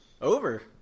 Over